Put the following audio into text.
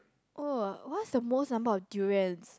oh what's the most number of durians